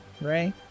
Ray